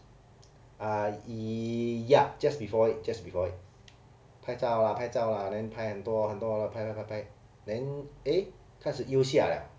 uh ya just before it just before it 拍照啊拍照 lah then 拍很多很多 lah 拍拍拍拍 then eh 开始又下了